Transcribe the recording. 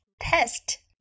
test